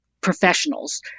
professionals